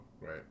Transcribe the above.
right